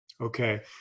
Okay